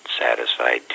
satisfied